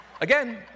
Again